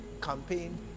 campaign